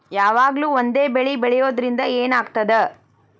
ಯಾವಾಗ್ಲೂ ಒಂದೇ ಬೆಳಿ ಬೆಳೆಯುವುದರಿಂದ ಏನ್ ಆಗ್ತದ?